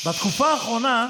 בתקופה האחרונה,